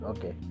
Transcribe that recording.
Okay